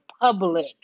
public